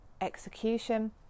execution